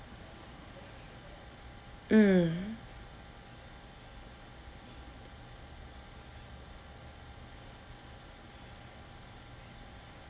mm